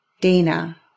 Dana